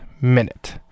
minute